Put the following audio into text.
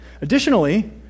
Additionally